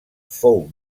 fou